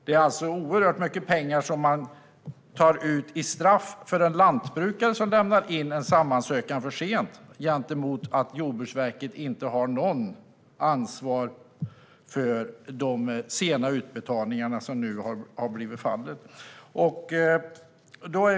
Det är alltså oerhört mycket pengar man tar ut i straff för en lantbrukare som lämnar in en SAM-ansökan för sent, medan Jordbruksverket inte har något ansvar för de sena utbetalningar som har blivit fallet.